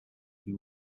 the